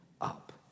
up